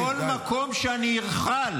-- ואני ארוץ אל מולם בכל מקום שאני אוכל.